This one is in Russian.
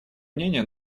мнение